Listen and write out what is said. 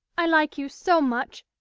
i like you so much,